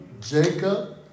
Jacob